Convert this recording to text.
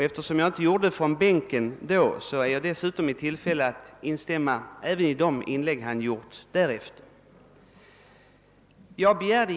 Eftersom jag inte gjorde det från bänken är jag nu i tillfälle att instämma även i de inlägg han gjort efter sitt huvudanförande.